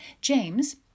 James